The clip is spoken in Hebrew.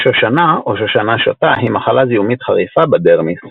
שושנה או שושנה שוטה היא מחלה זיהומית חריפה בדרמיס.